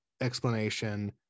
explanation